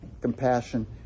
Compassion